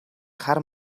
хар